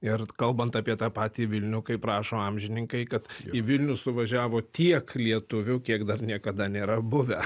ir kalbant apie tą patį vilnių kaip rašo amžininkai kad į vilnių suvažiavo tiek lietuvių kiek dar niekada nėra buvę